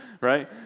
right